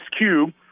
Cube